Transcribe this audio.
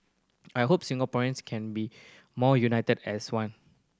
I hope Singaporeans can be more united as one